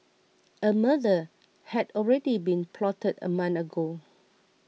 a murder had already been plotted a month ago